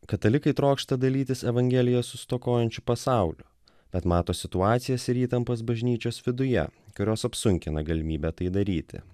katalikai trokšta dalytis evangelija su stokojančiu pasauliu bet mato situacijas ir įtampos bažnyčios viduje kurios apsunkina galimybę tai daryti